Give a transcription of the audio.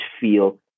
feel